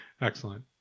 Excellent